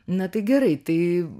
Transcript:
na tai gerai tai